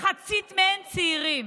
מחצית מהם צעירים.